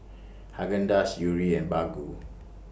Haagen Dazs Yuri and Baggu